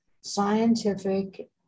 scientific